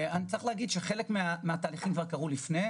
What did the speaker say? חלק מהתהליכים כבר קרו לפני,